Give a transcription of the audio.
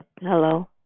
Hello